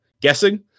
guessing